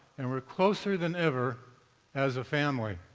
and we are closer than ever as a family.